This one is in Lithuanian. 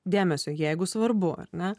dėmesio jeigu svarbu ar ne